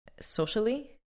Socially